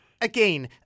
Again